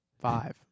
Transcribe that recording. Five